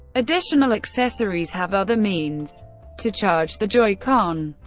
additional accessories have other means to charge the joy-con.